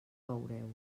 veureu